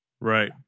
Right